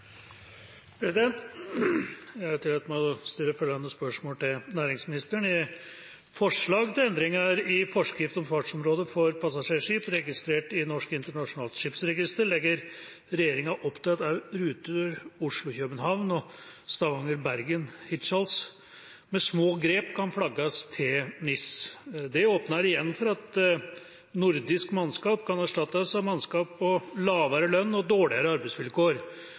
endringer i forskrift om fartsområde for passasjerskip registrert i Norsk internasjonalt skipsregister legger regjeringen opp til at også ruter Oslo–København og Stavanger/Bergen–Hirtshals med små grep kan flagges til NIS. Dette åpner igjen for at nordisk mannskap kan erstattes av mannskap på lavere lønn og dårligere arbeidsvilkår.